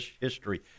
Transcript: history